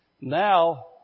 Now